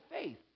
faith